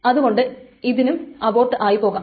അതു കൊണ്ട് ഇതിനും അബോർട്ട് ആയി പോകാം